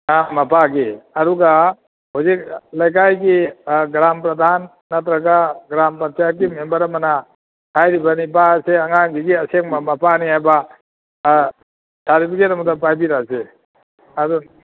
ꯑꯥ ꯃꯄꯥꯒꯤ ꯑꯗꯨꯒ ꯍꯧꯖꯤꯛ ꯂꯩꯀꯥꯏꯒꯤ ꯒ꯭ꯔꯥꯝ ꯄꯔꯙꯥꯟ ꯅꯠꯇ꯭ꯔꯒ ꯒ꯭ꯔꯥꯝ ꯄꯟꯆꯥꯌꯠꯀꯤ ꯃꯦꯝꯕꯔ ꯑꯃꯅ ꯍꯥꯏꯔꯤꯕ ꯅꯤꯄꯥ ꯑꯁꯦ ꯑꯉꯥꯡꯁꯤꯒꯤ ꯑꯁꯦꯡꯕ ꯃꯄꯥꯅꯤ ꯍꯥꯏꯕ ꯁꯥꯔꯇꯤꯐꯤꯀꯦꯠ ꯑꯃꯇ ꯄꯥꯏꯕꯤꯔꯛꯑꯁꯤ ꯑꯗꯨ